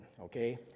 Okay